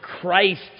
Christ